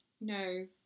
no